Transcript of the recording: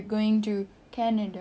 it's up to the producer [tau]